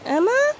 Emma